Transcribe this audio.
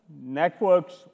networks